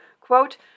Quote